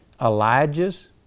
Elijah's